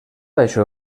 això